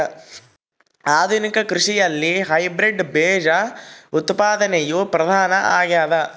ಆಧುನಿಕ ಕೃಷಿಯಲ್ಲಿ ಹೈಬ್ರಿಡ್ ಬೇಜ ಉತ್ಪಾದನೆಯು ಪ್ರಧಾನ ಆಗ್ಯದ